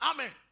Amen